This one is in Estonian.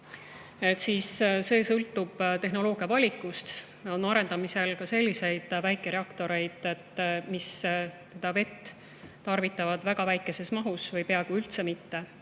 see sõltub tehnoloogiavalikust. Arendatakse ka selliseid väikereaktoreid, mis tarvitavad vett väga väikeses mahus või peaaegu üldse mitte.